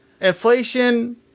Inflation